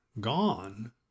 gone